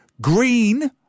green